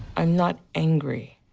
i'm not angry.